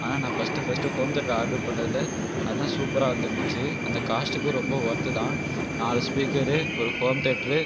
ஆனால் நான் first home theatre order பண்ணதில் அதுதான் சூப்பராக வந்துருந்துச்சு அந்த காஸ்ட்டுக்கு ரொம்ப ஒர்த் தான் நாலு ஸ்பீக்கர் ஒரு ஹோம் தேட்டர்